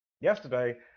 yesterday